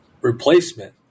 replacement